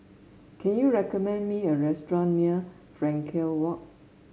can you recommend me a restaurant near Frankel Walk